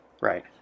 right